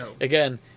Again